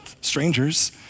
strangers